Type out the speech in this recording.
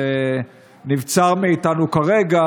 זה נבצר מאיתנו כרגע,